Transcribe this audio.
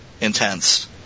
intense